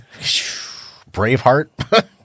Braveheart